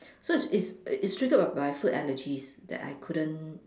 so it's it's triggered by food allergies that I couldn't